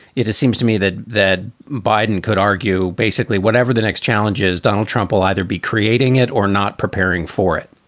it it seems to me that that biden could argue basically whatever the next challenge is, donald trump will either be creating it or not preparing for it.